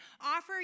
Offer